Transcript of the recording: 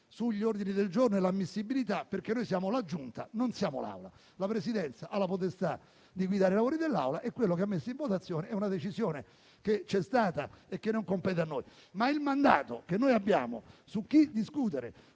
sugli ordini del giorno e la loro ammissibilità, perché noi siamo la Giunta, non l'Assemblea; la Presidenza ha la potestà di guidare i lavori dell'Assemblea e quello che ha messo in votazione è una decisione che c'è stata e che non compete a noi. Tuttavia il mandato che noi abbiamo su chi discutere